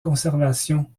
conservation